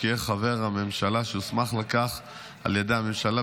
יהיה חבר הממשלה שיוסמך לכך על ידי הממשלה,